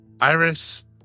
Iris